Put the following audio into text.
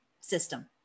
system